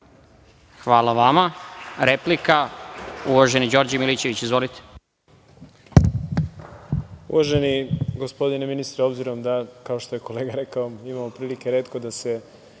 Hvala vama. Replika, uvaženi Đorđe Milićević. Izvolite. **Đorđe Milićević** Uvaženi gospodine ministre, obzirom da, kao što je kolega rekao, imamo prilike retko da se